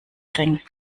ring